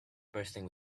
bursting